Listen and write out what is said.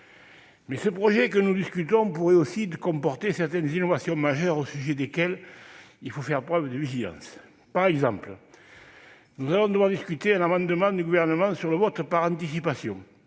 Mais le projet de loi que nous discutons pourrait aussi comporter certaines innovations majeures au sujet desquelles il faut faire preuve de vigilance. Par exemple, nous allons devoir examiner un amendement du Gouvernement sur le vote par anticipation.